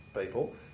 people